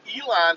Elon